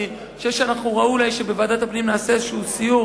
אני חושב שראוי שבוועדת הפנים נעשה סיור